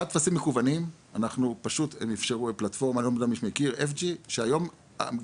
לאחר הטפסים המקוונים אפשרו את פלטפורמת FG מי שמכיר שהיום גם